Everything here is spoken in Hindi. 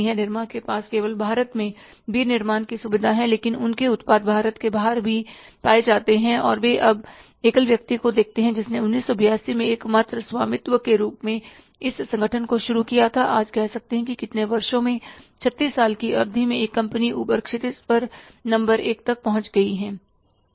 निरमा के पास केवल भारत में विनिर्माण की सुविधा है लेकिन उनके उत्पाद भारत के बाहर भी पाए जाते हैं और अब एकल व्यक्ति को देखते हैं जिसने 1982 में एकमात्र स्वामित्व के रूप में इस संगठन को शुरू किया था आज कह सकते हैं कि कितने वर्षों में 36 साल की अवधि में एक कंपनी ऊपर क्षितिज पर नंबर एक तक पहुंच गई है